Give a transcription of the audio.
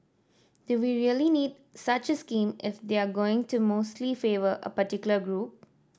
do we really need such scheme if they're going to mostly favour a particular group